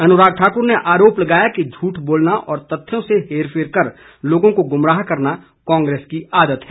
अनुराग ठाकुर ने आरोप लगाया कि झूठ बोलना और तथ्यों से हेरफेर कर लोगों को गुमराह करना कांग्रेस की आदत है